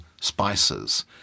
spices